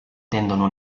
tendono